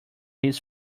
his